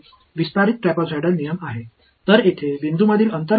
எனவே 3 புள்ளி ட்ரெப்சாய்டல் விதி எனக்கு தரும்